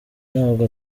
ntabwo